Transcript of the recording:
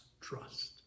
trust